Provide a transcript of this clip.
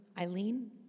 Eileen